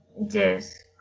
Yes